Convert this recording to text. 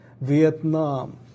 Vietnam